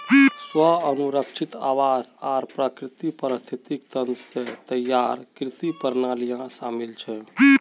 स्व अनुरक्षित आवास आर प्राकृतिक पारिस्थितिक तंत्र स तैयार कृषि प्रणालियां शामिल छेक